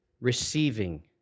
receiving